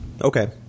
okay